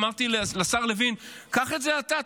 אמרתי אז לשר לוין: קח את זה אתה,